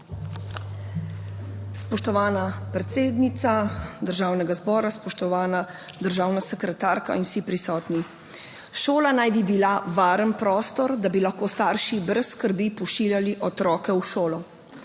Spoštovana predsednica Državnega zbora, spoštovana državna sekretarka in vsi prisotni! Šola naj bi bila varen prostor, da bi lahko starši brez skrbi pošiljali otroke v šolo.